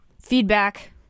feedback